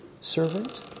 servant